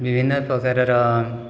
ବିଭିନ୍ନ ପ୍ରକାରର